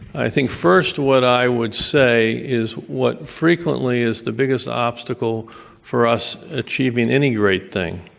i think first what i would say is what frequently is the biggest obstacle for us achieving any great thing